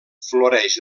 floreix